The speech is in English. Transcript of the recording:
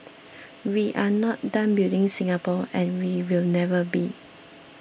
we are not done building Singapore and we will never be